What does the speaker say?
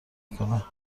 کنه